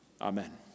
Amen